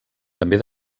també